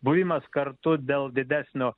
buvimas kartu dėl didesnio